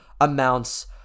amounts